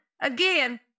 again